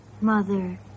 Mother